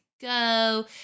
go